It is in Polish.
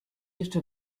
jeszcze